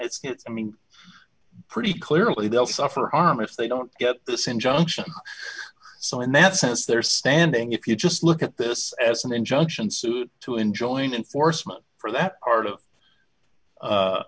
it's i mean pretty clearly they'll suffer harm if they don't get this injunction so in that sense they're standing if you just look at this as an injunction suit to enjoin enforcement for that part of